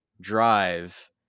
drive